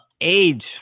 age